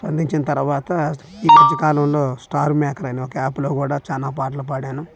స్పందించిన తర్వాత ఈ మధ్యకాలంలో స్టార్ మేకర్ అనే ఒక యాప్లో కూడా చాలా పాటలు పాడాను